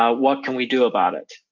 ah what can we do about it?